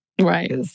Right